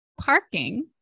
Parking